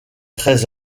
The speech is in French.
très